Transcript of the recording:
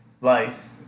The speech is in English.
life